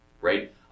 right